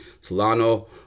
solano